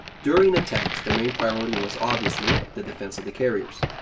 during attacks, the main priority was obviously the defense of the carriers.